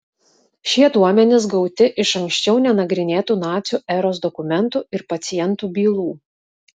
šie duomenys gauti iš anksčiau nenagrinėtų nacių eros dokumentų ir pacientų bylų